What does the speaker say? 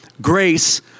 grace